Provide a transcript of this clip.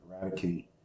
eradicate